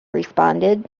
responded